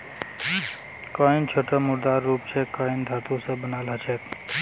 coin छोटो मुद्रार रूप छेक कॉइन धातु स बनाल ह छेक